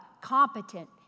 competent